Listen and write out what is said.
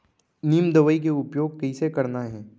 नीम दवई के उपयोग कइसे करना है?